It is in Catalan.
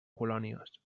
colònies